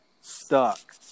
stuck